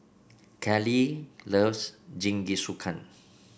Kaley loves Jingisukan